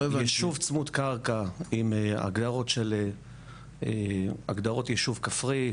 ישוב צמוד קרקע עם הגדרות ישוב כפרי.